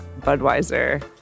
Budweiser